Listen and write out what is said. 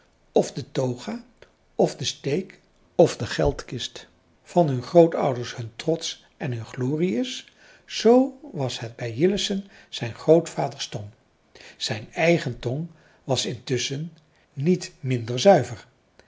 of de toga of de steek of de geldkist van hun grootouders hun trots en hun glorie is zoo was het bij jillessen zijn grootvaders tong zijn eigen tong was intusschen niet minder zuiver